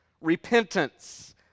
repentance